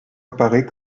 apparait